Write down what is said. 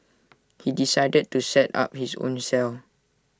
he decided to set up his own cell